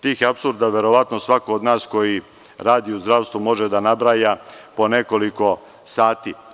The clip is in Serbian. Tih apsurda verovatno svaki od nas koji radi u zdravstvu može da nabraja po nekoliko sati.